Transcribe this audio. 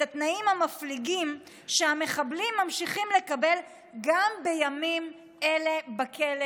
התנאים המפליגים שהמחבלים ממשיכים לקבל גם בימים אלה בכלא"